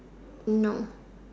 no